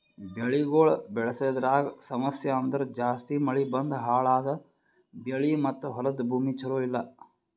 ಬೆಳಿಗೊಳ್ ಬೆಳಸದ್ರಾಗ್ ಸಮಸ್ಯ ಅಂದುರ್ ಜಾಸ್ತಿ ಮಳಿ ಬಂದು ಹಾಳ್ ಆದ ಬೆಳಿ ಮತ್ತ ಹೊಲದ ಭೂಮಿ ಚಲೋ ಇಲ್ಲಾ